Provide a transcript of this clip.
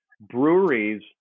breweries